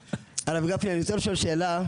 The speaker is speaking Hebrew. הרב גפני, אני רוצה לשאול שאלה.